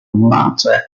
martyr